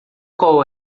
qual